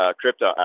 crypto